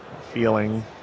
feeling